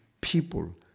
people